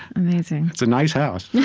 amazing it's a nice house. yeah